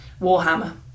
Warhammer